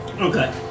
Okay